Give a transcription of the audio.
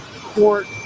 court